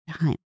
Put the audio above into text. time